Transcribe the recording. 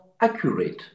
accurate